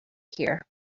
here